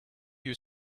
you